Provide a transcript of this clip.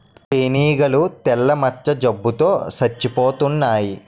తేనీగలు తెల్ల మచ్చ జబ్బు తో సచ్చిపోతన్నాయి